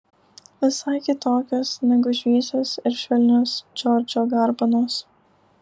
visai kitokios negu šviesios ir švelnios džordžo garbanos